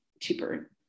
cheaper